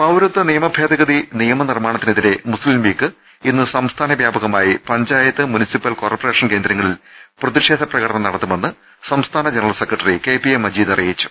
പൌരത്വനിയമ ഭേദ്ദ്ഗതി നീയമനിർമാണത്തിനെതിരെ മുസ്തിംലീഗ് ഇന്ന് സംസ്ഥാനവൃാപകമായി പഞ്ചായത്ത് മുൻസിപ്പൽ കോർപ്പറേ ഷൻ കേന്ദ്രങ്ങളിൽ പ്രതിഷേധ പ്രകടനം നടത്തുമെന്ന് സംസ്ഥാന ജനറൽ സെക്രിട്ടറി കെപിഎ മജീദ് അറിയിച്ചു